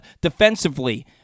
Defensively